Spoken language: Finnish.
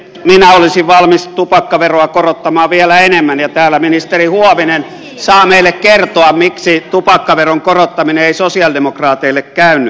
minä olisin valmis tupakkaveroa korottamaan vielä enemmän ja täällä ministeri huovinen saa meille kertoa miksi tupakkaveron korottaminen ei sosialidemokraateille käynyt